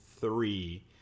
three